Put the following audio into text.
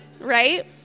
Right